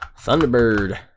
Thunderbird